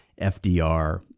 FDR